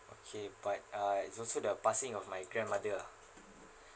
okay but uh it's also the passing of my grandmother lah